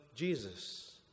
Jesus